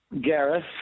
Gareth